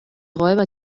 räuber